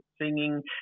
singing